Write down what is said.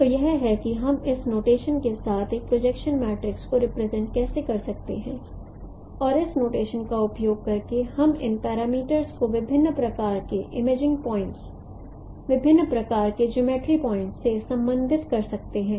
तो यह है कि हम इस नोटेशन के साथ एक प्रोजेक्शन मैट्रिक्स को रिप्रेजेंट कैसे कर सकते हैं और इस नोटेशन का उपयोग करके हम इन पैरामीटर्स को विभिन्न प्रकार के इमेजिंग पॉइंट्स विभिन्न प्रकार के जियोमर्ट्री पॉइंट्स से संबंधित कर सकते हैं